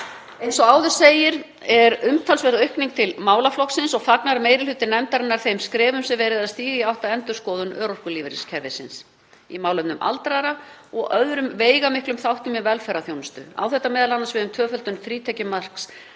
félagsmálin. Þar er umtalsverð aukning til málaflokksins og fagnar meiri hluti nefndarinnar þeim skrefum sem verið er að stíga í átt að endurskoðun örorkulífeyriskerfisins, í málefnum aldraðra og öðrum veigamiklum þáttum í velferðarþjónustu. Á þetta m.a. við um tvöföldun frítekjumarks